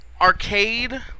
Arcade